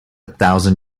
thousand